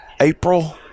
april